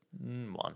One